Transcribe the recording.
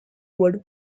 wood